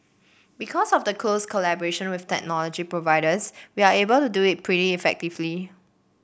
because of the close collaboration with technology providers we are able to do it pretty effectively